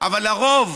אבל לרוב